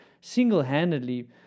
single-handedly